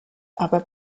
aber